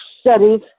studies